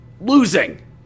losing